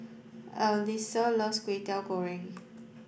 Alysa loves Kwetiau Goreng